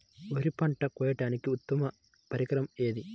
వరి పంట కోయడానికి ఉత్తమ పరికరం ఏది?